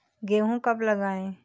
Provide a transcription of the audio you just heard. गेहूँ कब लगाएँ?